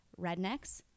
Rednecks